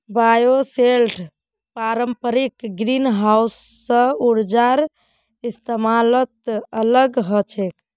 bioshelter पारंपरिक greenhouse स ऊर्जार इस्तमालत अलग ह छेक